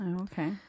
okay